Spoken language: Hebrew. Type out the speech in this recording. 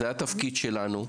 זה התפקיד שלנו,